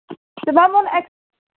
ते मैम हून ऐक्स